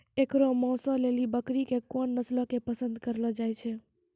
एकरो मांसो लेली बकरी के कोन नस्लो के पसंद करलो जाय छै?